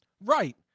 Right